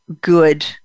good